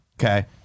Okay